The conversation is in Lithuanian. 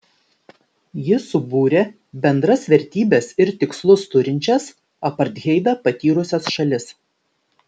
ji subūrė bendras vertybes ir tikslus turinčias apartheidą patyrusias šalis